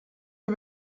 you